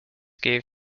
gave